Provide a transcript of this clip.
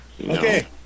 Okay